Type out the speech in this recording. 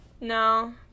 No